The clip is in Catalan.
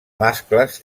mascles